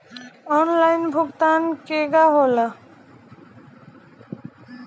Online भुगतान केगा होला?